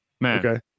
Man